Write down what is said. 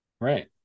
right